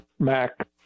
Mac